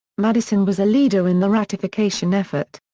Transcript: madison was a leader in the ratification effort.